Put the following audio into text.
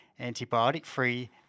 antibiotic-free